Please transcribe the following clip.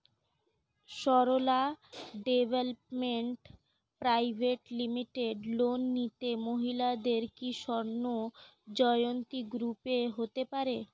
Sarala development private limited loan নিতে মহিলাদের কি স্বর্ণ জয়ন্তী গ্রুপে হতে হবে?